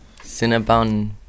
Cinnabon